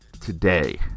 today